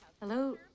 Hello